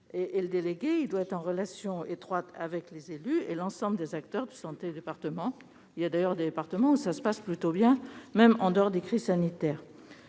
le délégué doit être en relation étroite avec les élus et l'ensemble des acteurs de santé du département. Dans plusieurs départements, cela se passe d'ailleurs plutôt bien, même en dehors des crises sanitaires.